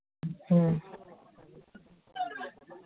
ꯎꯝ